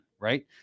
right